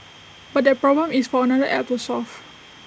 but that problem is for another app to solve